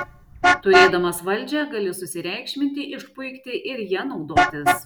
turėdamas valdžią gali susireikšminti išpuikti ir ja naudotis